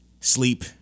sleep